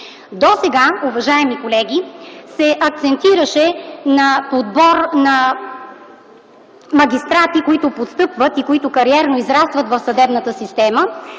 Досега, уважаеми колеги, се акцентираше на подбор на магистрати, които постъпват и кариерно израстват в съдебната система